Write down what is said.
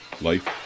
life